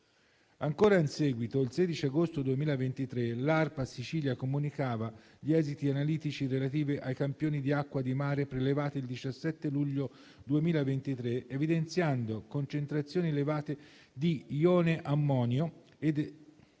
Ancora in seguito, il 16 agosto 2023, l'ARPA Sicilia comunicava gli esiti analitici relativi ai campioni di acqua di mare prelevati il 17 luglio 2023, evidenziando concentrazioni elevate di ione ammonio ed escherichia